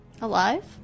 Alive